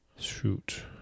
Shoot